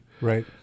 Right